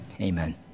amen